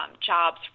jobs